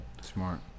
Smart